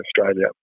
Australia